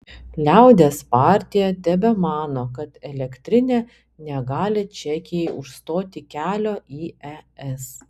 liaudies partija tebemano kad elektrinė negali čekijai užstoti kelio į es